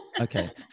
Okay